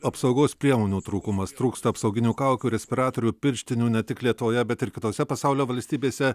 apsaugos priemonių trūkumas trūksta apsauginių kaukių respiratorių pirštinių ne tik lietuvoje bet ir kitose pasaulio valstybėse